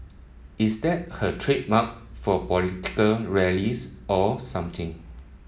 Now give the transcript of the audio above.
is that her trademark for political rallies or something